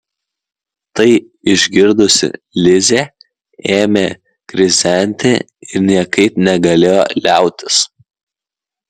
tai išgirdusi lizė ėmė krizenti ir niekaip negalėjo liautis